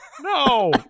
No